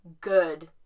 good